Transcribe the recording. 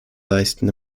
leisten